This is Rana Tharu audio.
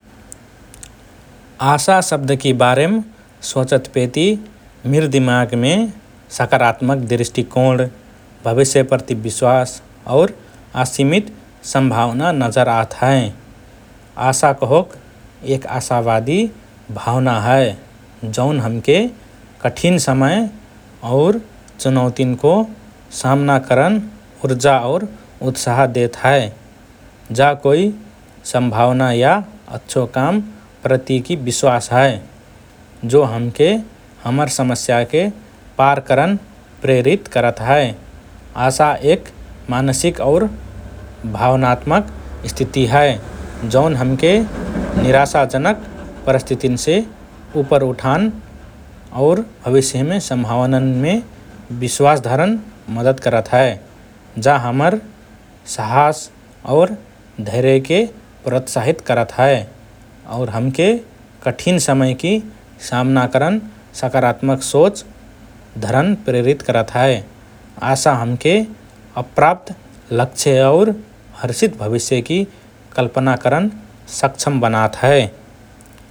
“आशा” शब्दकि बारेम सोचतपेति मिर दिमागमे सकारात्मक दृष्टिकोण, भविष्यप्रति विश्वास और असिमित सम्भावना नजर आत हएँ । आशा कहोक एक आशावादी भावना हए जौन हमके कठिन समय और चुनौतीन्को सामना करन ऊर्जा और उत्साह देत हए । जा कोइ संभावना या अच्छो काम प्रतिकि विश्वास हए । जो हमके हमर समस्याके पार करन प्रेरित करत हए । आशा एक मानसिक और भावनात्मक स्थिति हए जौन हमके निराशाजनक परिस्थितिन्से उपर उठन और भविष्यमे सम्भावनान्मे विश्वास धरन मद्दत करत हए । जा हमर साहस और धैर्यके प्रोत्साहित करत हए और हमके कठिन समयकि सामना करन सकारात्मक सोच धरन प्रेरित करत हए । आशा हमके अप्राप्त लक्ष्य और हर्षित भविष्यकि कल्पना करन सक्षम बनात हए ।